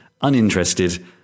uninterested